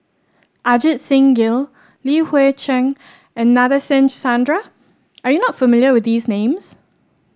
Ajit Singh Gill Li Hui Cheng and Nadasen Chandra are you not familiar with these names